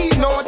no